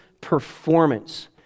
performance